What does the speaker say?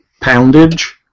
Poundage